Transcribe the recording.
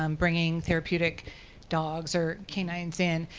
um bringing therapeutic dogs or canines in,